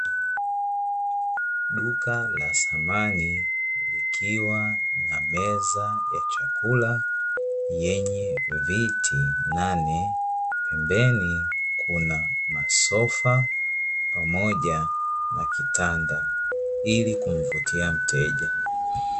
Duka la samani likiwa na meza ya chakula yenye viti nane, pembeni kuna masofa pamoja na kitanda ili kumvutia mteja.